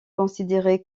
considérée